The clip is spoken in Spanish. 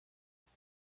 tras